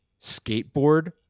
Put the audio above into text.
skateboard